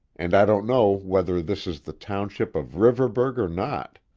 and i don't know whether this is the township of riverburgh or not.